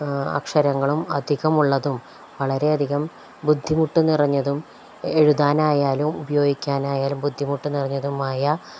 അക്ഷരങ്ങളും അധികമുള്ളതും വളരെയധികം ബുദ്ധിമുട്ട് നിറഞ്ഞതും എഴുതാനായാലും ഉപയോഗിക്കാനായാലും ബുദ്ധിമുട്ട് നിറഞ്ഞതുമായ